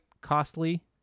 costly